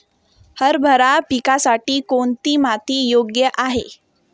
हरभरा पिकासाठी कोणती माती योग्य आहे?